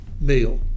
meal